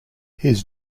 his